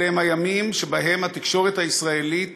אלה הם הימים שבהם התקשורת הישראלית